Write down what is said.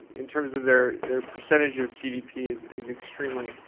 in terms of their their percentage of gdp is is extremely,